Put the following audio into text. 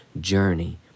journey